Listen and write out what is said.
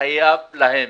חייב להם.